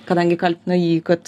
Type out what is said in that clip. kadangi kaltina jį kad